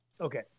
okay